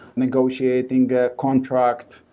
negotiating a contract,